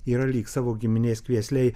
yra lyg savo giminės kviesliai